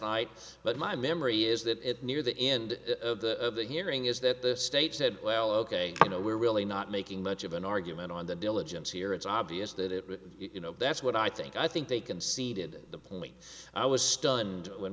night but my memory is that it near the end of the hearing is that the state said well ok you know we're really not making much of an argument on the diligence here it's obvious that it was you know that's what i think i think they conceded the point i was stunned when